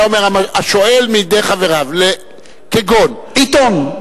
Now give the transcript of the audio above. היה אומר: השואל מידי חבריו, כגון, עיתון.